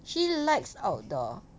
she likes outdoor